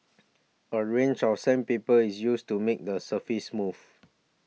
a range of sandpaper is used to make the surface smooth